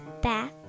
back